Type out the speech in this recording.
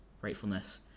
gratefulness